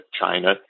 China